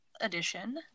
edition